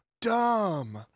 dumb